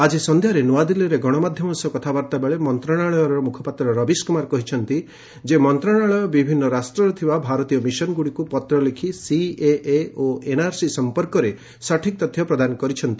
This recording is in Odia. ଆଜି ସନ୍ଧ୍ୟାରେ ନ୍ତଆଦିଲ୍ଲୀରେ ଗଣମାଧ୍ୟମ ସହ କଥାବାର୍ତ୍ତା ବେଳେ ମନ୍ତ୍ରଣାଳୟର ମ୍ରଖପାତ୍ର ରବିଶ କ୍ରମାର କହିଛନ୍ତି ମନ୍ତ୍ରଣାଳୟ ବିଭିନ୍ନ ରାଷ୍ଟରେ ଥିବା ଭାରତୀୟ ମିଶନ୍ଗୁଡ଼ିକୁ ପତ୍ର ଲେଖି ସିଏଏ ଓ ଏନ୍ଆର୍ସି ସମ୍ପର୍କରେ ସଠିକ୍ ତଥ୍ୟ ପ୍ରଦାନ କରିଛନ୍ତି